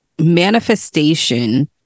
Manifestation